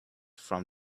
from